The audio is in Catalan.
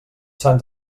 sants